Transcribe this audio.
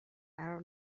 قرار